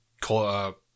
call